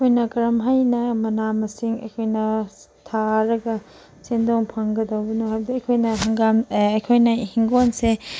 ꯑꯩꯈꯣꯏꯅ ꯀꯔꯝꯍꯥꯏꯅ ꯃꯁꯥ ꯃꯁꯤꯡ ꯑꯩꯈꯣꯏꯅ ꯊꯥꯔꯒ ꯁꯦꯟꯗꯣꯡ ꯐꯪꯒꯗꯧꯕꯅꯣꯗꯣ ꯍꯥꯏꯕꯗꯣ ꯑꯩꯈꯣꯏꯅ ꯍꯪꯒꯥꯝ ꯑꯩꯈꯣꯏꯅ ꯍꯤꯡꯒꯣꯟꯁꯦ